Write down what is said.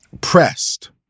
pressed